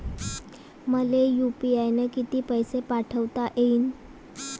मले यू.पी.आय न किती पैसा पाठवता येईन?